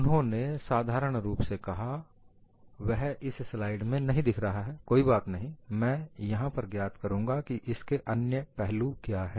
उन्होंने साधारण रूप से कहा वह इस स्लाइड में नहीं दिख रहा है कोई बात नहीं मैं यहां पर ज्ञात करूंगा कि इसके अन्य पहलू क्या है